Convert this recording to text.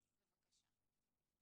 בבקשה.